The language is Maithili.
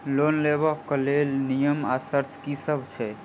लोन लेबऽ कऽ लेल नियम आ शर्त की सब छई?